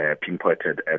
pinpointed